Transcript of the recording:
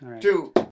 two